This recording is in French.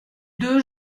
deux